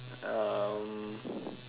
um